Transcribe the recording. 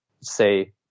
say